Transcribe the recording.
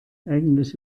eigentlich